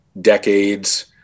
decades